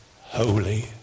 holy